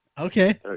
Okay